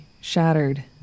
shattered